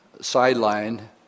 sideline